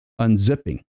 unzipping